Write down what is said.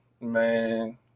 man